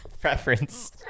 preference